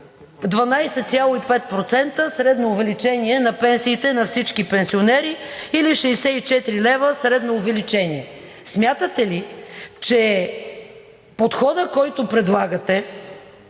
12,5% средно увеличение на пенсиите на всички пенсионери или 64 лв. средно увеличение. Смятате ли, че подходът, който предлагате,